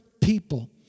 people